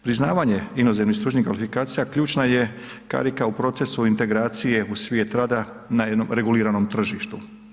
Priznavanje inozemnih stručnih klasifikacija ključna je karika u procesu integracije u svijet rada na jednom reguliranom tržištu.